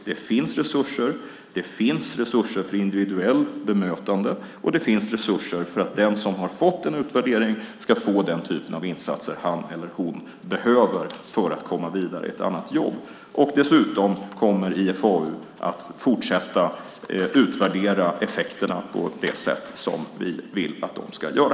Det finns resurser, det finns resurser för individuellt bemötande, och det finns resurser för att den som har fått en utvärdering ska få den typen av insatser han eller hon behöver för att komma vidare i ett annat jobb. Dessutom kommer IFAU att fortsätta att utvärdera effekterna på det sätt som vi vill att det ska göra.